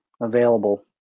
available